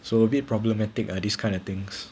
so a bit problematic ah these kind of things